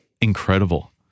incredible